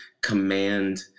command